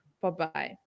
Bye-bye